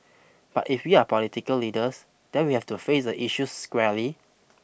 but if we are political leaders then we have to face the issue squarely